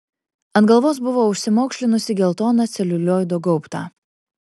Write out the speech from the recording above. ant galvos buvo užsimaukšlinusi geltoną celiulioido gaubtą